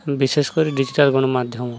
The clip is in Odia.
ବିଶେଷ କରି ଡ଼ିଜିଟାଲ୍ ଗଣମାଧ୍ୟମ